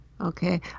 Okay